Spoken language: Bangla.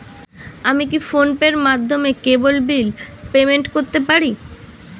আমি কি ফোন পের মাধ্যমে কেবল বিল পেমেন্ট করতে পারি?